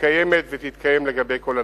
קיימת ותתקיים לגבי כל הנושא.